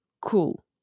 cool